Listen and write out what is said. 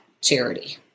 charity